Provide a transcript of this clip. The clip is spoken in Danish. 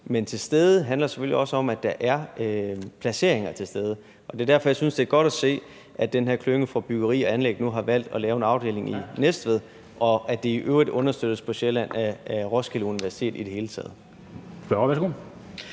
Men tilstedeværelse handler selvfølgelig også om placeringer. Det er derfor, jeg synes, at det er godt at se, at den her klynge for byggeri og anlæg nu har valgt at lave en afdeling i Næstved, og at det i øvrigt understøttes på Sjælland af Roskilde Universitet i det hele taget.